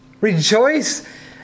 rejoice